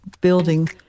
building